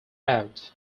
out